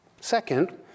Second